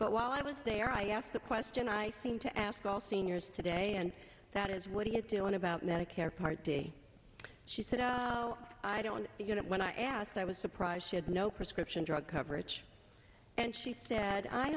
but while i was there i asked the question i seem to ask all seniors today and that is what he's doing about medicare part d she said oh i don't get it when i asked i was surprised she had no prescription drug coverage and she said i